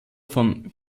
von